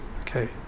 okay